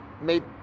made